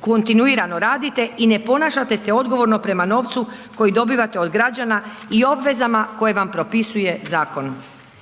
kontinuirano radite i ne ponašate se odgovorno prema novcu koji dobivate od građana i obvezama koje vam propisuje zakon.